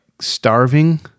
starving